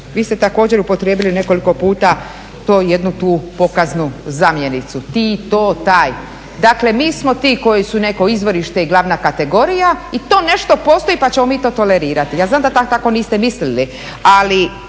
Vi ste također upotrijebili nekolik puta tu jednu pokaznu zamjenicu, ti, to, taj. Dakle, mi smo ti koji su neko izvorište i glavna kategorija i to nešto postoji pa ćemo mi to tolerirati. Ja znam da tako niste mislili ali